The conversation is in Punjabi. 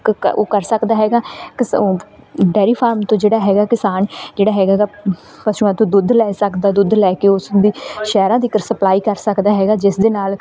ਕ ਕਾ ਉਹ ਕਰ ਸਕਦਾ ਹੈਗਾ ਕਿਸਾ ਡੇਅਰੀ ਫਾਰਮ ਤੋਂ ਜਿਹੜਾ ਹੈਗਾ ਕਿਸਾਨ ਜਿਹੜਾ ਹੈਗਾ ਗਾ ਪਸ਼ੂਆਂ ਤੋਂ ਦੁੱਧ ਲੈ ਸਕਦਾ ਦੁੱਧ ਲੈ ਕੇ ਉਸਦੀ ਸ਼ਹਿਰਾਂ ਤੀਕਰ ਸਪਲਾਈ ਕਰ ਸਕਦਾ ਹੈਗਾ ਜਿਸਦੇ ਨਾਲ